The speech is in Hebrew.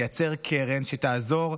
תייצר קרן שתעזור,